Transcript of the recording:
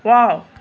wow